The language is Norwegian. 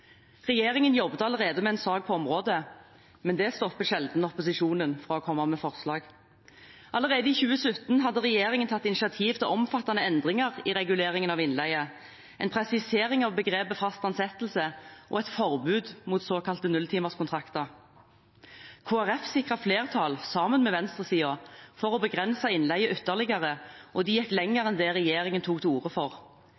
Regjeringen jobbet allerede med en sak på området, men det stopper sjelden opposisjonen fra å komme med forslag. Allerede i 2017 hadde regjeringen tatt initiativ til omfattende endringer i reguleringen av innleie, en presisering av begrepet «fast ansettelse» og et forbud mot såkalte nulltimerskontrakter. Kristelig Folkeparti sikret flertall, sammen med venstresiden, for å begrense innleie ytterligere, og de gikk